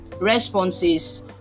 responses